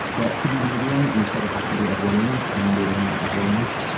but to be medium, you sort of have to be f. williams, and we were not f. williams.